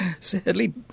Sadly